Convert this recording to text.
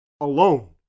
alone